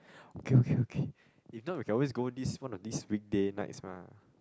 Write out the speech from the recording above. okay okay okay if not we can always go this one of these weekday nights mah